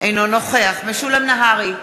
אינו נוכח משולם נהרי,